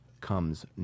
comes